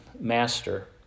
Master